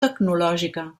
tecnològica